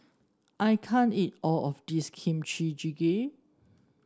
I can't eat all of this Kimchi Jjigae